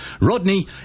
Rodney